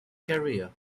career